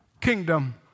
kingdom